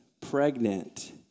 pregnant